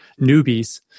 newbies